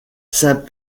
saint